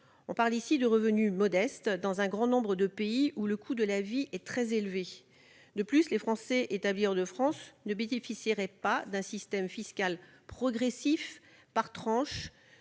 Il s'agit là de revenus modestes, dans un grand nombre de pays où le coût de la vie est très élevé. De plus, les Français établis hors de France ne bénéficieraient pas du système fiscal progressif- par tranches